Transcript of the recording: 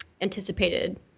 anticipated